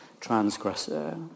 transgressor